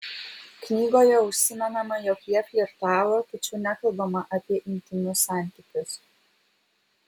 knygoje užsimenama jog jie flirtavo tačiau nekalbama apie intymius santykius